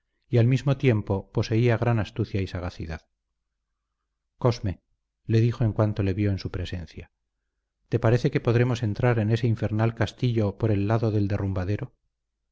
y al mismo tiempo poseía gran astucia y sagacidad cosme le dijo en cuanto le vio en su presencia te parece que podremos entrar en ese infernal castillo por el lado del derrumbadero